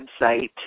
website